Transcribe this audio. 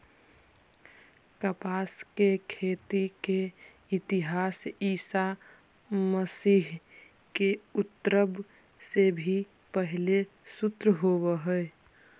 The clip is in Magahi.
कपास के खेती के इतिहास ईसा मसीह के उद्भव से भी पहिले शुरू होवऽ हई